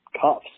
cuffs